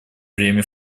время